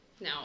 No